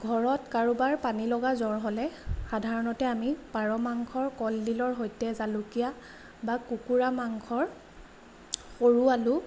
ঘৰত কাৰোবাৰ পানী লগা জ্বৰ হ'লে সাধাৰণতে আমি পাৰ মাংসৰ কলডিলৰ সৈতে জালুকীয়া বা কুকুৰা মাংসৰ সৰু আলু